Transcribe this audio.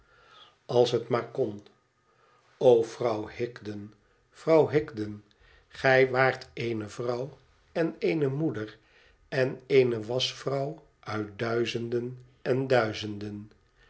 als het maar kon o vrouw higden vrouw higden gij waart eene vrouw en eene moeder en eene waschvrouw uit duizenden en duizenden